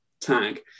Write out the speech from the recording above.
tag